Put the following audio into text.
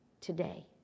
today